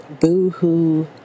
boo-hoo